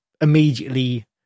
immediately